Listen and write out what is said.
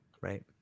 right